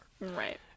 Right